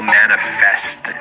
manifest